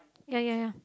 ya ya ya